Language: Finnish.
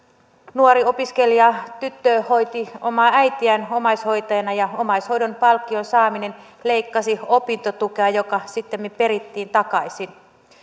nuori opiskelijatyttö hoiti omaa äitiään omaishoitajana ja omaishoidon palkkion saaminen leikkasi opintotukea joka sittemmin perittiin takaisin